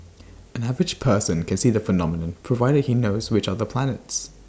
an average person can see the phenomenon provided he knows which are the planets